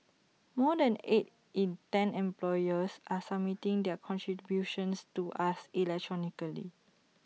more than eight in ten employers are submitting their contributions to us electronically